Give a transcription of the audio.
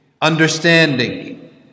understanding